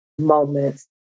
moments